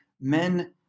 men